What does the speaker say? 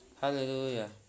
Hallelujah